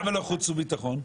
למה לא חוץ וביטחון?